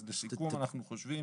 אז לסיכום, אנחנו חושבים